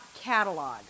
Catalog